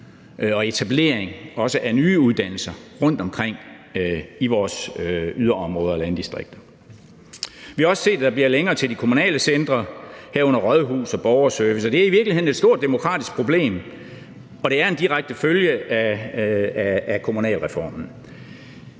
og etablering af også nye uddannelser rundtomkring i vores yderområder og landdistrikter. Vi har også set, at der bliver længere til de kommunale centre, herunder rådhus og borgerservice, og det er i virkeligheden et stort demokratisk problem, og det er en direkte følge af kommunalreformen.